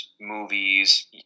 movies